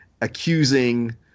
accusing